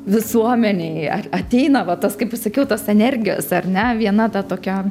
visuomenėj ar ateina va tas kaip pasakiau tos energijos ar ne viena ta tokia